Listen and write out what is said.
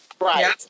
Right